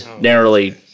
narrowly